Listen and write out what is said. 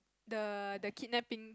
the the kidnapping